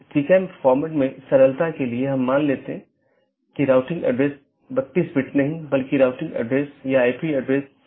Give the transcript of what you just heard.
किसी भी ऑटॉनमस सिस्टमों के लिए एक AS नंबर होता है जोकि एक 16 बिट संख्या है और विशिष्ट ऑटोनॉमस सिस्टम को विशिष्ट रूप से परिभाषित करता है